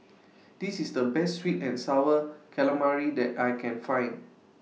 This IS The Best Sweet and Sour Calamari that I Can Find